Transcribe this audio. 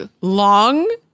long